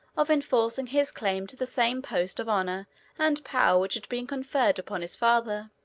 of enforcing his claim to the same post of honor and power which had been conferred upon his father.